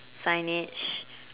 signage